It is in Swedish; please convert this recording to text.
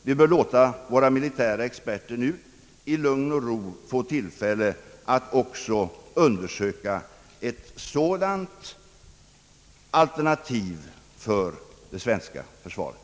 Vi bör låta våra militära experter få tillfälle att i lugn och ro också pröva ett sådant alternativ för det svenska försvaret.